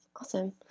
Awesome